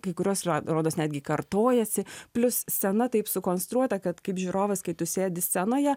kai kurios rodos netgi kartojasi plius scena taip sukonstruota kad kaip žiūrovas kai tu sėdi scenoje